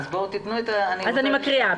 אני מקריאה.